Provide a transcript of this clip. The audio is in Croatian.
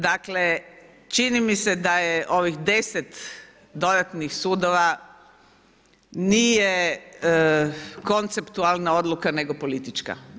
Dakle čini mi se da ovih 10 dodatnih sudova nije konceptualna odluka nego politička.